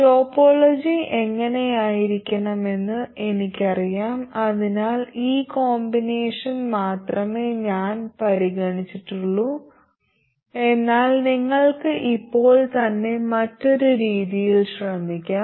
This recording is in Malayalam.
ടോപ്പോളജി എങ്ങനെയായിരിക്കണമെന്ന് എനിക്കറിയാം അതിനാൽ ഈ കോമ്പിനേഷൻ മാത്രമേ ഞാൻ പരിഗണിച്ചിട്ടുള്ളൂ എന്നാൽ നിങ്ങൾക്ക് ഇപ്പോൾ തന്നെ മറ്റൊരു രീതിയിൽ ശ്രമിക്കാം